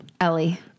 Ellie